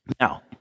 Now